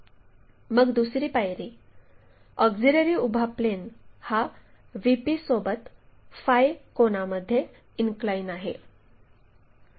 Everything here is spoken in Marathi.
मग दुसरी पायरी ऑक्झिलिअरी उभा प्लेन हा VP सोबत फाय कोनामध्ये इनक्लाइन आहे